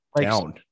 down